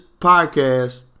podcast